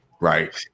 Right